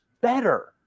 better